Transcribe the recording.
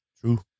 true